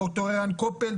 דוקטור אייל קופל,